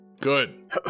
Good